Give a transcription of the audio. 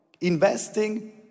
Investing